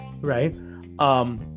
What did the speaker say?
right